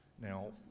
Now